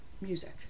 music